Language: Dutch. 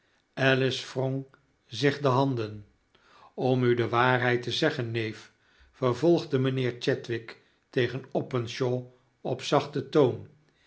alice wrong zich de handen om u de waarheid te zeggen neef vervolgde mijnheer chadwick tegen openshaw op zachten toon